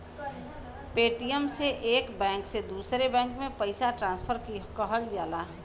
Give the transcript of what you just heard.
Paytm से एक bank से दूसरे बैंक में पइसा ट्रांसफर किहल जाला